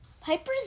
Piper's